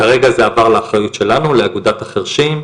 כרגע זה עבר לאחריות שלנו, לאגודת החרשים.